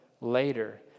later